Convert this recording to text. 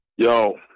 Yo